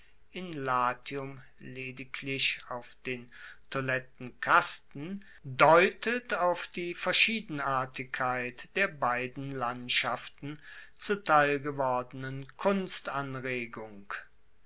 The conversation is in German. in latium lediglich auf den toilettenkasten deutet auf die verschiedenartigkeit der beiden landschaften zuteil gewordenen